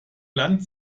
land